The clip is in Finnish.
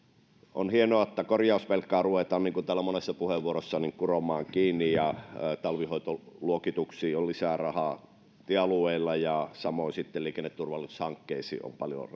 on hienoa että korjausvelkaa ruvetaan niin kuin täällä on todettu monessa puheenvuorossa kuromaan kiinni ja talvihoitoluokituksiin on lisää rahaa tiealueilla ja samoin sitten liikenneturvallisuushankkeisiin on paljon